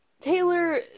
Taylor